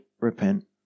repent